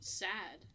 sad